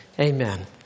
Amen